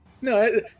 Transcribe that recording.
no